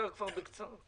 כסיף, בבקשה.